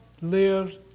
lives